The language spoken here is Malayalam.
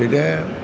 പിന്നെ